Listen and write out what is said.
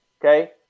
Okay